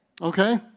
Okay